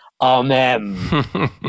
Amen